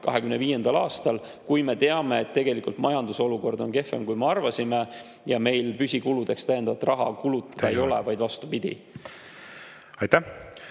2025. aastal, kui me teame, et tegelikult majandusolukord on kehvem, kui me arvasime, ja meil püsikuludeks täiendavalt raha kulutada ei ole. Aitäh!